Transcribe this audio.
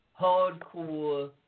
Hardcore